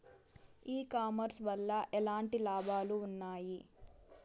ఈ కామర్స్ వల్ల ఎట్లాంటి లాభాలు ఉన్నాయి?